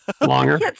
Longer